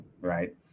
right